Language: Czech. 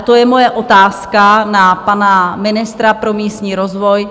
To je moje otázka na pana ministra pro místní rozvoj.